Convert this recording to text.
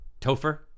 Topher